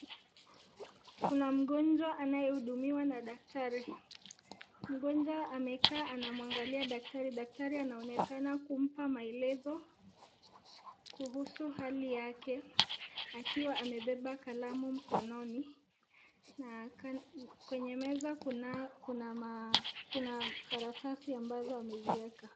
Kuna mgonjwa anaye hudumiwa na daktari. Mgonjwa amekaa anamuangalia daktari. Daktari anaonekana kumpa maelezo kuhusu hali yake akiwa amebeba kalamu mkononi na kwenye meza kuna karatasi ambazo amezieka.